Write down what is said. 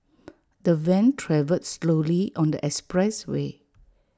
the van travelled slowly on the expressway